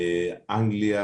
אנגליה.